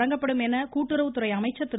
தொடங்கப்படும் என கூட்டுறவுத்துறை அமைச்சர் திரு